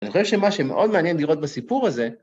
אני חושב שמה שמאוד מעניין לראות בסיפור הזה...